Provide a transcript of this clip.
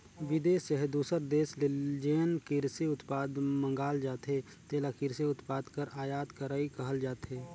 बिदेस चहे दूसर देस ले जेन किरसी उत्पाद मंगाल जाथे तेला किरसी उत्पाद कर आयात करई कहल जाथे